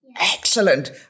Excellent